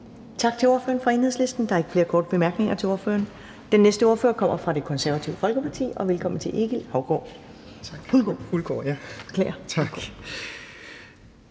Tak til ordføreren fra Enhedslisten. Der er ikke flere korte bemærkninger til ordføreren. Den næste ordfører kommer fra Det Konservative Folkeparti, og velkommen til hr. Egil Hulgaard. Kl.